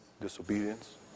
Disobedience